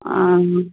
ಹಾಂ